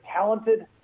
talented